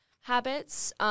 habits